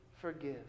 forgive